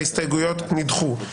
ההסתייגויות נדחו.